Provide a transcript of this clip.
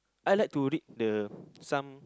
I like to read the some